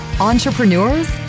entrepreneurs